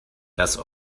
das